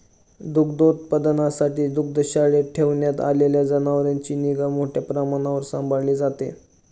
दुग्धोत्पादनासाठी दुग्धशाळेत ठेवण्यात आलेल्या जनावरांची निगा मोठ्या प्रमाणावर सांभाळली जाते